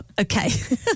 Okay